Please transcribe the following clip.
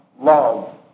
love